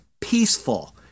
peaceful